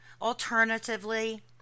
Alternatively